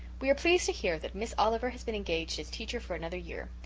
we are pleased to hear that miss oliver has been engaged as teacher for another year.